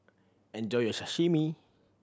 enjoy your Sashimi